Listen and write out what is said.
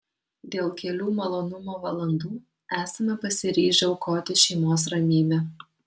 dėl kelių malonumo valandų esame pasiryžę aukoti šeimos ramybę